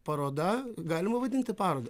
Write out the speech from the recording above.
paroda galima vadinti paroda